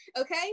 Okay